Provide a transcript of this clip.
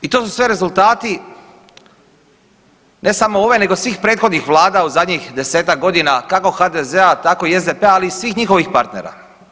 I to su sve rezultati ne samo ove nego svih prethodnih vlada u zadnjih desetak godina kako HDZ-a tako i SDP-a, ali i svih njihovih partnera.